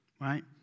Right